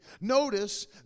Notice